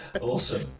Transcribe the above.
Awesome